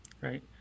right